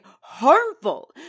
harmful